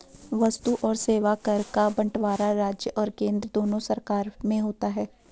वस्तु और सेवा कर का बंटवारा राज्य और केंद्र दोनों सरकार में होता है